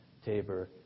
Tabor